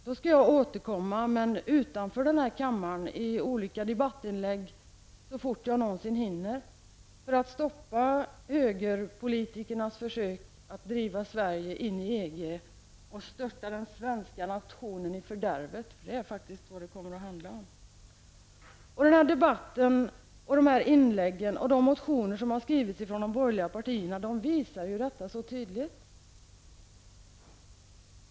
Då skall jag återkomma, men utanför den här kammaren i olika debattinlägg, så fort jag någonsin hinner för att stoppa högerpolitikernas försök att driva Sverige in i EG och störta den svenska nationen i fördärvet, eftersom det faktiskt är vad det kommer att handla om. Den här debatten, de här inläggen och de motioner som har väckts från de borgerliga partierna visar detta så tydligt.